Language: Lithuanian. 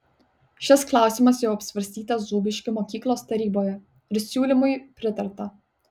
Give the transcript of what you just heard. šis klausimas jau apsvarstytas zūbiškių mokyklos taryboje ir siūlymui pritarta